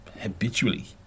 habitually